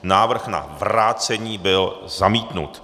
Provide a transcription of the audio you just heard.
Návrh na vrácení byl zamítnut.